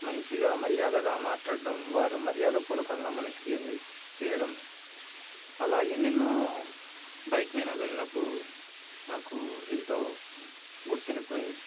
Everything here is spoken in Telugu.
మంచిగా మర్యాదగా మాట్లాడటం వారు మర్యాద పూర్వకంగా మనకి అన్నీ చేయడం అలా ఎన్నెన్నో బైక్ మీద వెళ్ళినప్పుడు నాకు ఎంతో గుర్తు ఉండి పోయాయి